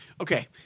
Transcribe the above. Okay